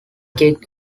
kicked